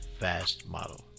fastmodel